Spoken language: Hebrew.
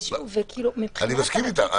אני מסכים אתך.